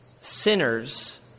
sinners